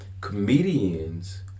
Comedians